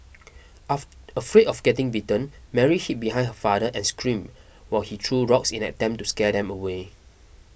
afraid of getting bitten Mary hid behind her father and screamed while he threw rocks in an attempt to scare them away